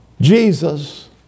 Jesus